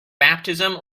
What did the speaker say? baptism